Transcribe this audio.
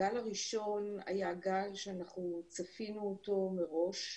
הגל הראשון היה גל שאנחנו צפינו אותו מראש,